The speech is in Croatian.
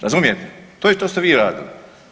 Razumijete, to je što ste vi radili.